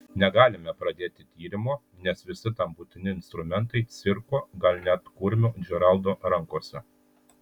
negalime pradėti tyrimo nes visi tam būtini instrumentai cirko gal net kurmio džeraldo rankose